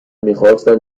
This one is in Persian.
میخواستم